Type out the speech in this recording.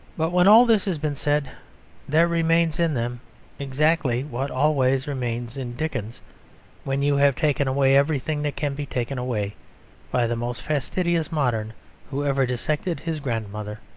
but when all this has been said there remains in them exactly what always remains in dickens when you have taken away everything that can be taken away by the most fastidious modern who ever dissected his grandmother.